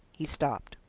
he stopped.